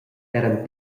eran